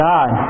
God